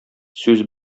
сүз